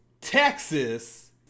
Texas